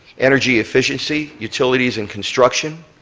energy efficiency, utilities, and construction,